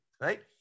Right